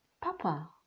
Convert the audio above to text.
Papa